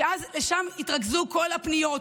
שם יתרכזו כל הפניות.